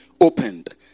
opened